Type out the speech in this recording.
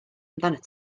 amdanat